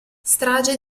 strage